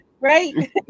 right